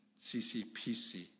CCPC